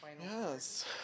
Yes